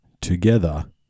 together